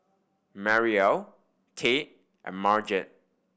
Mariel Tate and Marget